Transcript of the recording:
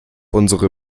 unsere